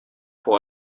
pour